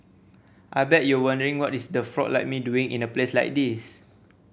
I bet you're wondering what is a frog like me doing in a place like this